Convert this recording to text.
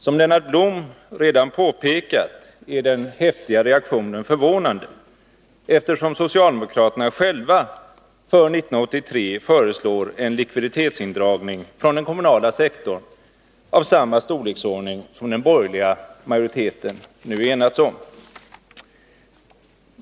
Som Lennart Blom redan påpekat är den häftiga reaktionen förvånande, eftersom socialdemokraterna själva för 1983 föreslår en indragning av likviditet från den kommunala sektorn av samma storleksordning som den borgerliga majoriteten nu enats om.